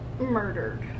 murdered